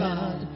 God